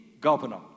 governor